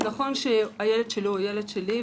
נכון שהילד שלי הוא הילד שלי,